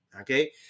okay